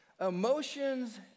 emotions